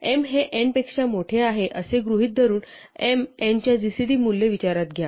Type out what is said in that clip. m हे n पेक्षा मोठे आहे असे गृहीत धरून m n च्या जीसीडी मूल्य विचारात घ्या